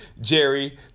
Jerry